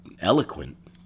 eloquent